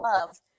love